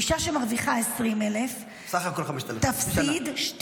אישה שמרוויחה 20,000 שקלים -- סך הכול 5,000. בקטנה.